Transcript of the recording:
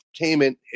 entertainment